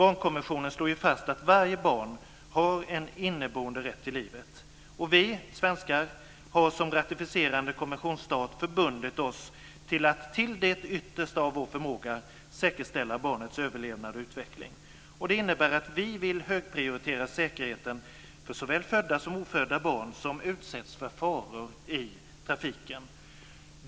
Barnkonventionen slår ju fast att varje barn har en inneboende rätt till livet, och Sverige har som ratificerande konventionsstat förbundit sig att till det yttersta av vår förmåga säkerställa barnets överlevnad och utveckling. Det innebär att vi vill högprioritera säkerheten för såväl födda som ofödda barn som utsätts för faror i trafiken.